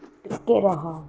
ଟିକେ ରହ